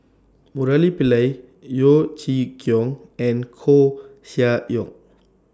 Murali Pillai Yeo Chee Kiong and Koeh Sia Yong